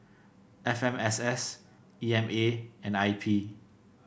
F M S S E M A and I P